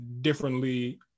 differently